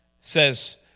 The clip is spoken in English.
says